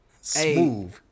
smooth